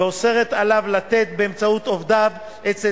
ואוסרת עליו לתת באמצעות עובדיו אצל